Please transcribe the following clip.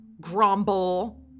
grumble